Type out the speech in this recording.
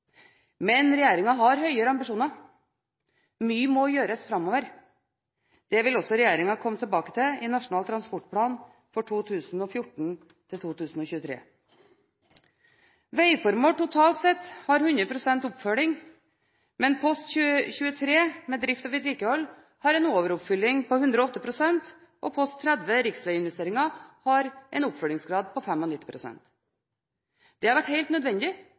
Men regjeringen har høyere ambisjoner. Mye må gjøres framover. Det vil også regjeringen komme tilbake til i Nasjonal transportplan for 2014–2023. Veiformål, totalt sett, har 100 pst. oppfølging. Men post 23 Drift og vedlikehold har en overoppfylling med 108 pst., og post 30 Riksveginvesteringer har en oppfyllingsgrad på 95 pst. Det har vært helt nødvendig